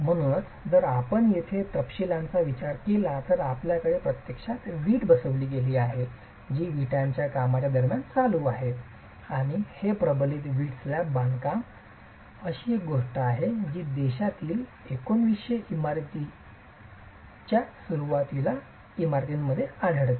म्हणूनच जर आपण येथे तपशीलांचा विचार केला तर आपल्याकडे प्रत्यक्षात वीट बसविली गेली आहे जी विटांच्या कामाच्या दरम्यान चालू आहे आणि हे प्रबलित विट स्लॅब बांधकाम अशी एक गोष्ट आहे जी देशातील 1900 इमारतींच्या सुरुवातीच्या इमारतींमध्ये आढळते